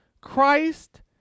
Christ